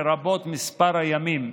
לרבות מספר הימים.